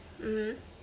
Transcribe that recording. mmhmm